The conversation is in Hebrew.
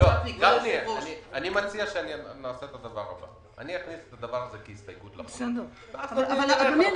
אני מציע שאני אכניס את זה כהסתייגות לחוק ואז --- אדוני,